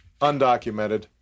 undocumented